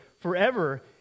forever